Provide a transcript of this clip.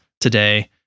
today